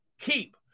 keep